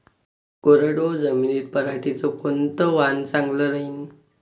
कोरडवाहू जमीनीत पऱ्हाटीचं कोनतं वान चांगलं रायीन?